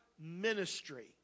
ministry